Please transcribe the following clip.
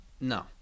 no